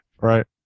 Right